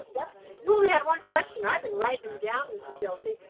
yeah you only had one question. i've been writing them down, mrs. yelsey.